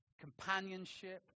companionship